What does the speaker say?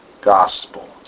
gospel